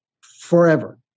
forever